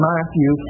Matthew